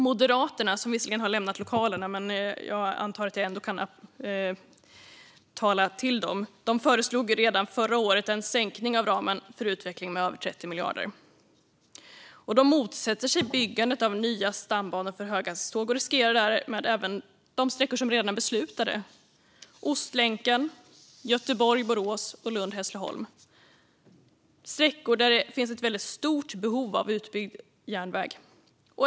Moderaterna - de har visserligen lämnat lokalen, men jag antar att jag ändå kan tala till dem - föreslog redan förra året en sänkning av ramen för utveckling med över 30 miljarder kronor. De motsätter sig byggandet av nya stambanor för höghastighetståg och riskerar därmed även de sträckor som redan är beslutade. Det handlar om Ostlänken, Göteborg-Borås och Lund-Hässleholm. Det är sträckor där det finns ett väldigt stort behov av utbyggd järnväg.